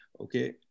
Okay